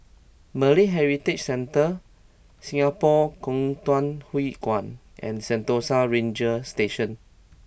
Malay Heritage Centre Singapore Kwangtung Hui Kuan and Sentosa Ranger Station